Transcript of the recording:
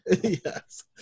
Yes